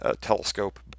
telescope